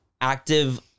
active